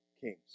kings